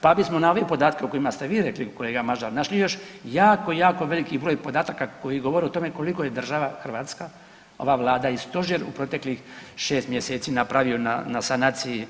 Pa bismo na ove podatke o kojima ste vi rekli kolega Mažar, našli još jako, jako veliki broj podataka koji govore o tome koliko je država Hrvatska, ova Vlada i stožer u proteklih 6 mjeseci napravio na sanaciji tog prostora.